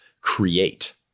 create